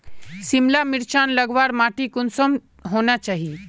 सिमला मिर्चान लगवार माटी कुंसम होना चही?